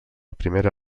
primera